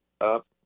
up